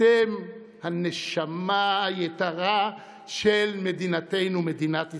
אתם הנשמה היתרה של מדינתנו, מדינת ישראל.